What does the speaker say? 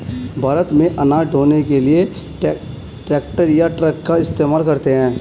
भारत में अनाज ढ़ोने के लिए ट्रैक्टर या ट्रक का इस्तेमाल करते हैं